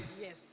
Yes